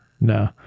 no